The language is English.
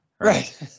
Right